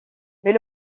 mais